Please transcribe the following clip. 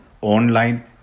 online